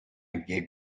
gave